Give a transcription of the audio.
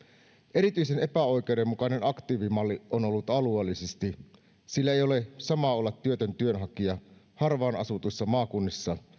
erityisen epäoikeudenmukainen aktiivimalli on ollut alueellisesti sillä ei ole sama olla työtön työnhakija harvaan asutuissa maakunnissa